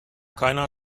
keiner